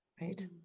Right